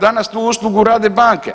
Danas tu uslugu rade banke.